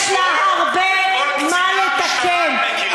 יש לה הרבה מה לתקן.